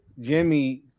Jimmy